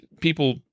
people